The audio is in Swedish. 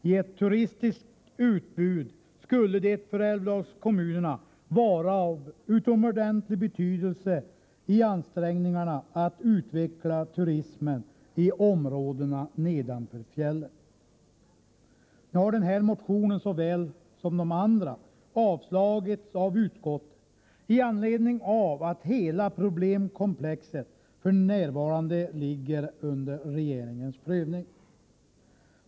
I ett turistiskt utbud skulle det för älvdalskommunerna vara av utomordentlig betydelse i ansträngningarna att utveckla turismen i områdena nedanför fjällen. Nu har den här motionen såväl som de andra avstyrkts av utskottet i anledning av att hela problemkomplexet f.n. ligger under regeringens prövning.